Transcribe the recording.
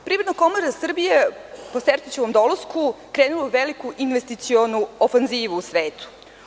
Privredna komora Srbije po Sertićevom dolasku krenula je u veliku investicionu ofanzivu u svetu.